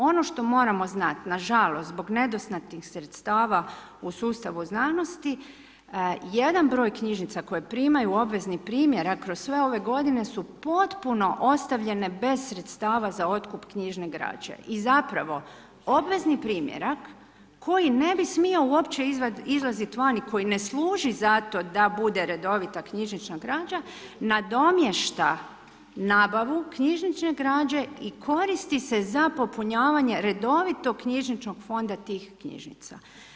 Ono što moramo znati, nažalost zbog nedostatnih sredstava u sustavu znanosti jedan broj knjižnica koje primaju obvezni primjerak kroz sve ove godine su potpuno ostavljene bez sredstava za otkup knjiže građe i zapravo obvezni primjerak koji ne bi smio uopće izlaziti van i koji ne služi zato da bude redovita knjižnična građa nadomiješta nabavu knjižne građe i koristi se za popunjavanje redovitog knjižničnog fonda tih knjižnica.